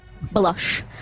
Blush